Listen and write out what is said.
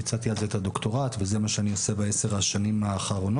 ביצעתי על זה את הדוקטורט וזה מה שאני עושה בעשר השנים האחרונות.